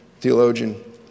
theologian